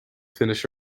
finish